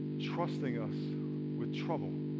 trusting us with trouble.